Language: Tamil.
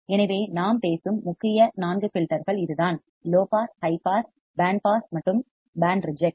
எனவே நாம் பேசும் முக்கிய நான்கு ஃபில்டர்கள் இதுதான் low pass high pass band pass மற்றும் பேண்ட் ரிஜெக்ட்